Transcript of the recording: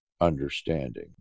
understanding